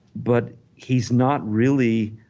but he's not really,